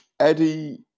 Eddie